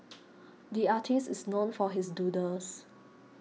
the artist is known for his doodles